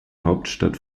hauptstadt